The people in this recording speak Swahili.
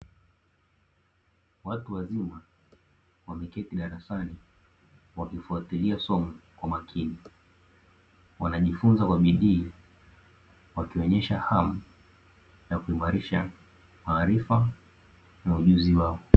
Watu wazima wameketi darasani wakifuatilia somo kwa makini. Wanajifunza kwa bidii wakionyesha hamu ya kuimarisha maarifa na ujuzi wao.